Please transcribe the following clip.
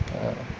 err